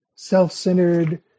self-centered